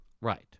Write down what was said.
Right